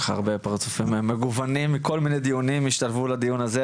כל כך הרבה פרצופים מגוונים מכל מיני דיונים השתלבו לדיון הזה,